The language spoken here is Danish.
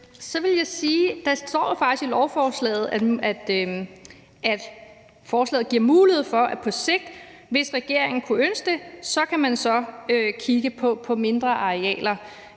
at der jo faktisk står i lovforslaget, at forslaget giver mulighed for, at man på sigt, hvis regeringen kunne ønske det, så kan kigge på mindre arealer.